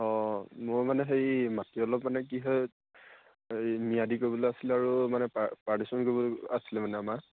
অঁ মোৰ মানে হেৰি মাটি অলপ মানে কি হয় হেৰি ম্যাদি কৰিবলৈ আছিলে আৰু মানে পাৰ্টিশন কৰিব আছিলে মানে আমাৰ